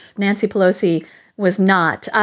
nancy pelosi was not.